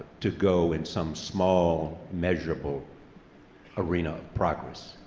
to go in some small, measurable arena of progress.